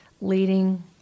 leading